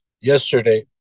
yesterday